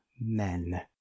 men